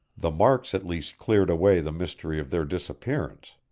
the marks at least cleared away the mystery of their disappearance.